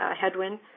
headwind